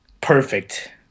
perfect